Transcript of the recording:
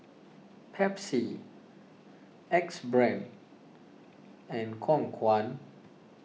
Pepsi Axe Brand and Khong Guan